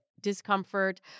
discomfort